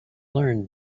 learned